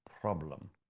problem